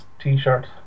t-shirt